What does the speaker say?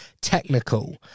technical